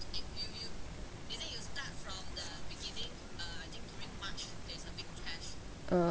uh